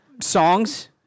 Songs